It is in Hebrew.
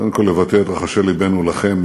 קודם כול לבטא את רחשי לבנו לכם,